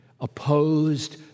opposed